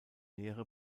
nähere